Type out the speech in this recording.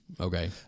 Okay